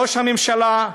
ראש הממשלה,